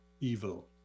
evil